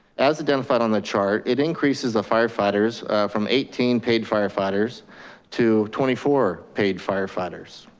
as identified on the chart, it increases the firefighters from eighteen paid firefighters to twenty four paid firefighters.